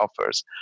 offers